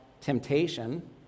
temptation